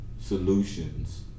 solutions